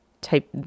type